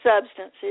substances